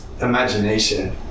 imagination